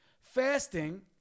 Fasting